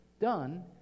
done